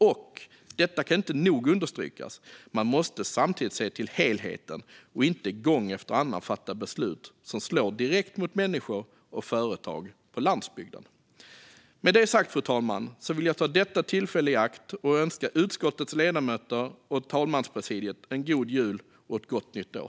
Och man måste samtidigt se till helheten och inte gång efter annan fatta beslut som slår direkt mot människor och företag på landsbygden. Detta kan inte nog understrykas. Med det sagt, fru talman, vill jag ta detta tillfälle i akt och önska utskottets ledamöter och talmanspresidiet en god jul och ett gott nytt år.